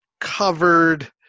covered